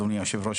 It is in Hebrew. אדוני היושב-ראש,